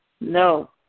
No